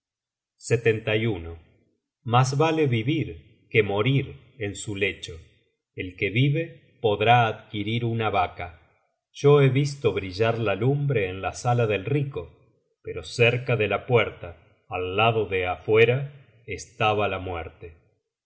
sus buenas obras mas vale vivir que morir en su lecho r el que vive podrá adquirir una vaca yo he visto brillar la lumbre en la sala del rico pero cerca de la puerta al lado de afuera estaba la muerte